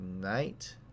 night